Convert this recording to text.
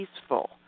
peaceful